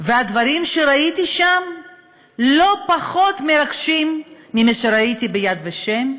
והדברים שראיתי שם לא פחות מרגשים ממה שראיתי ב"יד ושם"